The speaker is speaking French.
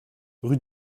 rue